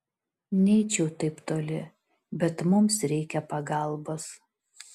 neeičiau taip toli bet mums reikia pagalbos